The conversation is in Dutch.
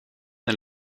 een